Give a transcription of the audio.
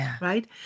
right